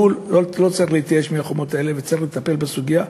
לא צריך להתייאש מהחומות האלה וצריך לטפל בסוגיה.